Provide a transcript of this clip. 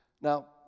Now